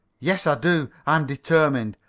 yes, i do. i am determined.